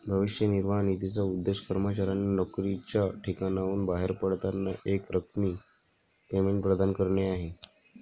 भविष्य निर्वाह निधीचा उद्देश कर्मचाऱ्यांना नोकरीच्या ठिकाणाहून बाहेर पडताना एकरकमी पेमेंट प्रदान करणे आहे